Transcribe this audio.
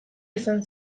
izan